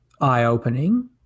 eye-opening